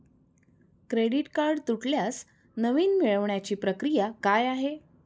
Credit card तुटल्यास नवीन मिळवण्याची प्रक्रिया काय आहे?